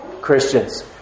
Christians